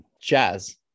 jazz